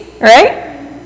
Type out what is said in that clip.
right